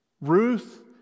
Ruth